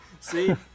See